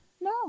No